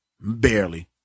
barely